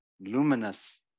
luminous